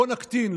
בואו נקטין,